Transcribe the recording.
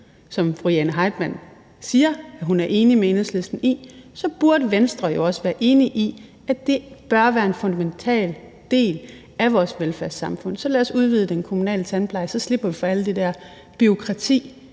som fru Jane Heitmann siger hun er enig med Enhedslisten i, så burde Venstre jo også være enige i, at det bør være en fundamental del af vores velfærdssamfund. Så lad os udvide den kommunale tandpleje, for så slipper vi for alt det der bureaukrati